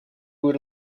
would